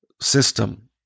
system